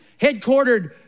headquartered